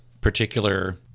particular